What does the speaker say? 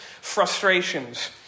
frustrations